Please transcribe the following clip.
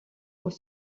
aux